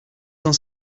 cent